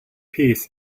piece